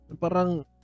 Parang